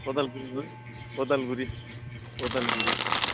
Udalguri Udalguri Udalguri